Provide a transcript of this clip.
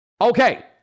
Okay